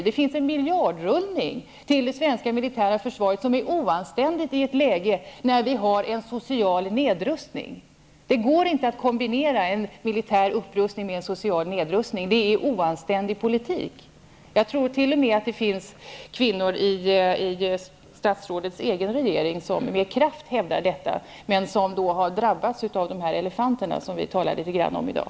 Det pågår en miljardrullning till det svenska militära försvaret som är oanständig i ett läge när det pågår en social nedrustning. Det går inte att kombinera en militär upprustning med en social nedrustning. Det är oanständig politik. Jag tror t.o.m. att det finns kvinnor i regeringen som med kraft hävdar detta, men som har drabbats av de elefanter som vi har talat litet grand om i dag.